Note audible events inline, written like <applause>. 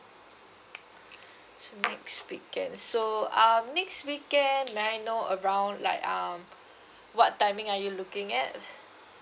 <breath> so next weekend so um next weekend may I know around like um what timing are you looking at